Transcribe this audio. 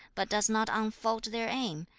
but does not unfold their aim,